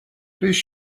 please